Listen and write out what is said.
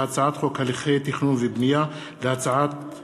והצעת חוק הליכי תכנון ובנייה להאצת